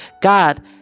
God